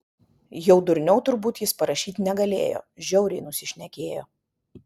jau durniau turbūt jis parašyt negalėjo žiauriai nusišnekėjo